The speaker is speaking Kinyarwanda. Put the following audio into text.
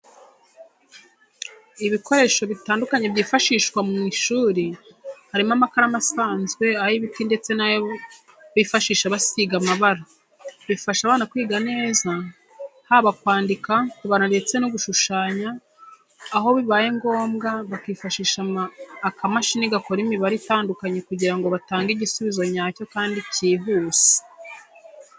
Ibikoresho bitandukanye byifashishwa mu ishuri harimo amakaramu asanzwe, ay'ibiti ndetse n'ayo bifashisha basiga amabara. Bifasha abana kwiga neza haba kwandika, kubara ndetse no gushushanya, aho bibaye ngombwa bakifashisha akamashini gakora imibare itandukanye kugira ngo batange igisubizo nyacyo kandi kihuse.